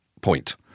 point